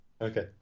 Okay